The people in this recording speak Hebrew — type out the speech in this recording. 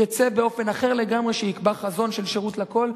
יצא באופן אחר לגמרי, שיקבע חזון של שירות לכול.